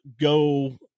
go